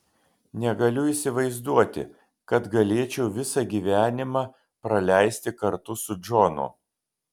negaliu įsivaizduoti kad galėčiau visą gyvenimą praleisti kartu su džonu